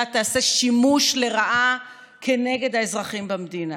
תעשה שימוש לרעה כנגד האזרחים במדינה.